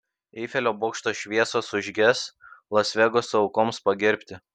eifelio bokšto šviesos užges las vegaso aukoms pagerbti